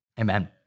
Amen